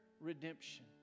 redemption